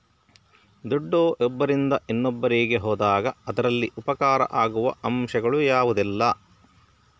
ದುಡ್ಡು ಒಬ್ಬರಿಂದ ಇನ್ನೊಬ್ಬರಿಗೆ ಹೋದಾಗ ಅದರಲ್ಲಿ ಉಪಕಾರ ಆಗುವ ಅಂಶಗಳು ಯಾವುದೆಲ್ಲ?